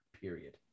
period